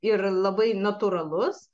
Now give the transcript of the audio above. ir labai natūralus